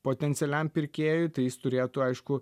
potencialiam pirkėjui tai jis turėtų aišku